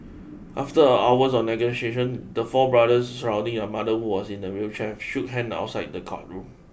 after hours of negotiation the four brothers surrounding on mother who was in a wheelchair shook hand outside the courtroom